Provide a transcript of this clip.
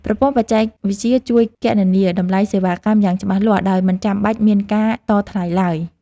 ប្រព័ន្ធបច្ចេកវិទ្យាជួយគណនាតម្លៃសេវាកម្មយ៉ាងច្បាស់លាស់ ដោយមិនចាំបាច់មានការតថ្លៃឡើយ។